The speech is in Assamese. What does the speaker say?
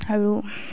আৰু